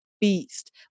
beast